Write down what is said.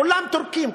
כולם טורקים,